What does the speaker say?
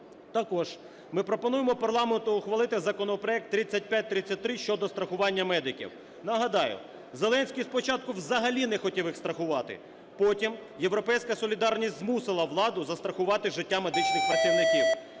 Також ми пропонуємо парламенту ухвалити законопроект 3533 щодо страхування медиків. Нагадаю, Зеленський спочатку взагалі не хотів їх страхувати, потім "Європейська солідарність" змусила владу застрахувати життя медичних працівників.